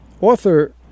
author